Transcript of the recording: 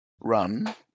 run